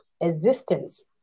existence